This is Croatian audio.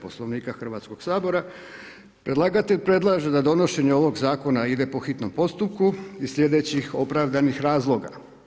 Poslovnika Hrvatskog sabora, predlagatelj predlaže da donošenje ovog zakona ide po hitnom postupku iz sljedećih opravdanih razloga.